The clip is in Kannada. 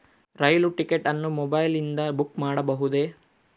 ರೈಲು ಟಿಕೆಟ್ ಅನ್ನು ಮೊಬೈಲಿಂದ ಬುಕ್ ಮಾಡಬಹುದೆ?